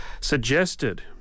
suggested